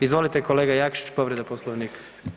Izvolite kolega Jakšić, povreda Poslovnika.